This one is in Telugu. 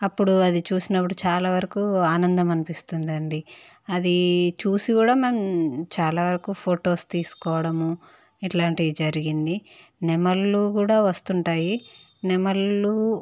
అప్పుడు అది చూసినప్పుడు చాలా వరకు ఆనందం అనిపిస్తుంది అండి అది చూసి కూడా మేము చాలా వరకు ఫొటోస్ తీసుకోవడము ఇట్లాంటివి జరిగింది నెమళ్ళు కూడా వస్తుంటాయి నెమళ్ళు